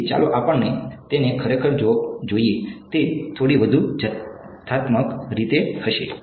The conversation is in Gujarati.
તેથી ચાલો આપણે તેને ખરેખર જોઈએ તે થોડી વધુ જથ્થાત્મક રીતે હશે